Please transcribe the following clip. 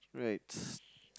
right